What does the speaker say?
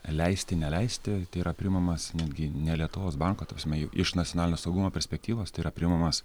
leisti neleisti tai yra priimamas netgi ne lietuvos banko ta prasme iš nacionalinio saugumo perspektyvos tai yra priimamas